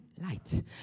light